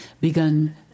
begun